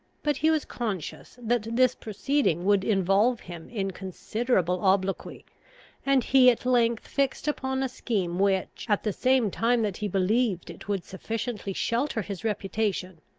but he was conscious that this proceeding would involve him in considerable obloquy and he at length fixed upon a scheme which, at the same time that he believed it would sufficiently shelter his reputation,